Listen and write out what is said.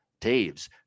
Taves